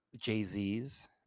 Jay-Z's